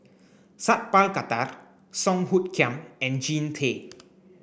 Sat Pal Khattar Song Hoot Kiam and Jean Tay